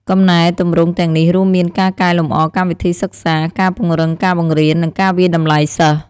កំណែទម្រង់ទាំងនេះរួមមានការកែលម្អកម្មវិធីសិក្សា ការពង្រឹងការបង្រៀន និងការវាយតម្លៃសិស្ស។